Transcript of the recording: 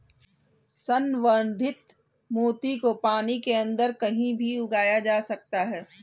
संवर्धित मोती को पानी के अंदर कहीं भी उगाया जा सकता है